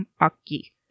aki